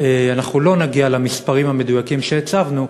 אנחנו לא נגיע למספרים המדויקים שהצבנו,